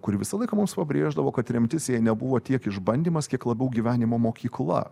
kuri visą laiką mums pabrėždavo kad tremtis jai nebuvo tiek išbandymas kiek labiau gyvenimo mokykla